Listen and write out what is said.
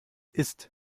ist